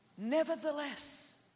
Nevertheless